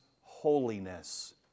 holiness